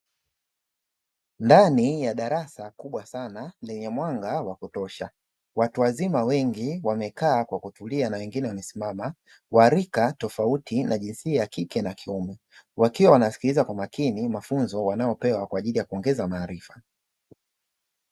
Ndani ya darasa kubwa sana lenye mwanga wa kutosha. Watu wazima wengi wamekaa kwa kutulia na wengine wamesimama, wa rika tofauti na jinsia ya kike na kiume; wakiwa wanasikiliza kwa makini mafunzo wanayopewa kwa ajili ya kuongeza maarifa.